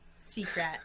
Secret